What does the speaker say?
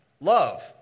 love